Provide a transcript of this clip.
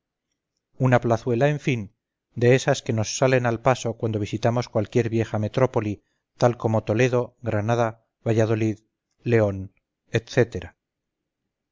una plazuela en fin de esas que nos salen al paso cuando visitamos cualquier vieja metrópoli tal como toledo granada valladolid león